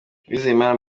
uwizeyimana